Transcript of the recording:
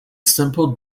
simple